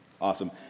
Awesome